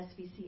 SVC